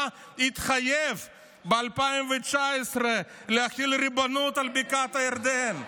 התחייב ב-2019 להחיל ריבונות על בקעת הירדן.